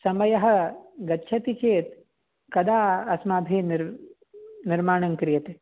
समयः गच्छति चेत् कदा अस्माभिः निर्माणं क्रियते